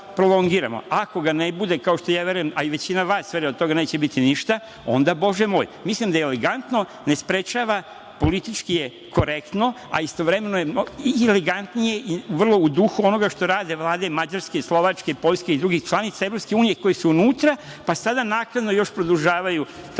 ako ga ne bude, kao što ja verujem, a i većina vas veruje da od toga neće biti ništa, onda Bože moj, mislim da je oligantno, ne sprečava, politički je korektno, a istovremeno je iligantno vrlo u duhu onoga što rade vlade Mađarske i Slovačke i Poljske i drugih članica EU koji su unutra, pa sada naknadno produžavaju